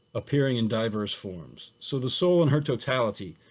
appearing in diverse forms. so the soul in her totality.